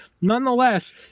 Nonetheless